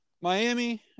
Miami